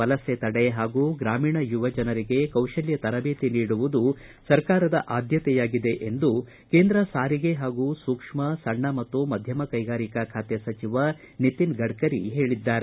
ವಲಸೆ ತಡೆ ಹಾಗೂ ಗ್ರಾಮೀಣ ಯುವ ಜನರಿಗೆ ಕೌಶಲ್ತ ತರಬೇತಿ ನೀಡುವುದು ಸರ್ಕಾರದ ಆದ್ಮತೆಯಾಗಿದೆ ಎಂದು ಕೇಂದ್ರ ಸಾರಿಗೆ ಹಾಗೂ ಸೂಕ್ಷ್ಮ ಸಣ್ಣ ಮತ್ತು ಮಧ್ಯಮ ಕೈಗಾರಿಕಾ ಸಚಿವ ನಿತಿನ ಗಡ್ಡರಿ ಹೇಳಿದ್ದಾರೆ